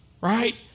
right